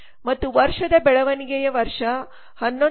ಮತ್ತು ವರ್ಷದ ಬೆಳವಣಿಗೆಯ ವರ್ಷ 11